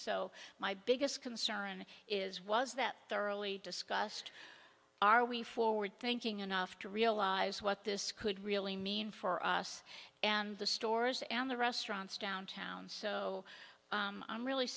so my biggest concern is was that thoroughly discussed are we forward thinking enough to realize what this could really mean for us and the stores and the restaurants downtown so i'm really